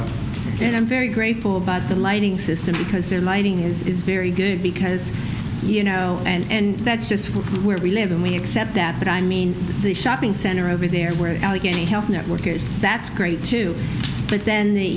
trees and i'm very grateful about the lighting system because they're lighting is very good because you know and that's just where we live and we accept that but i mean the shopping center over there where allegheny health network is that's great too but then the